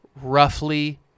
Roughly